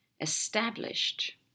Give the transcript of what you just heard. established